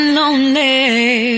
lonely